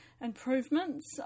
improvements